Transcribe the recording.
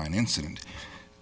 nine incident